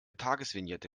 tagesvignette